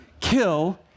kill